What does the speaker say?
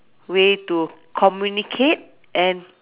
way to communicate and